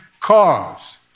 cause